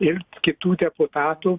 ir kitų deputatų